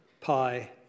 pi